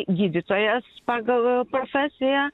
gydytojas pagal profesiją